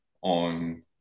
on